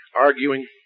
arguing